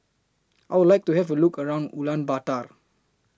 I Would like to Have A Look around Ulaanbaatar